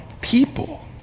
people